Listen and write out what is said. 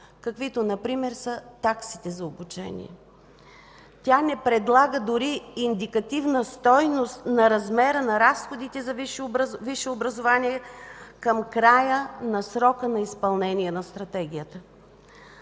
каквито са например таксите за обучение. Тя не предлага дори индикативна стойност на размера на разходите за висше образование към края на срока за изпълнение на Стратегията.